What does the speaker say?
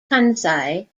kansai